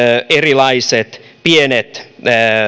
erilaiset pienet